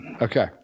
Okay